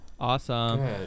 awesome